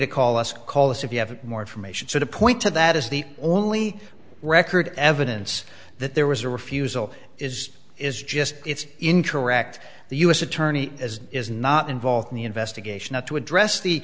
to call us call us if you have more information sort of point to that is the only record evidence that there was a refusal is is just it's incorrect the u s attorney as is not involved in the investigation ought to address the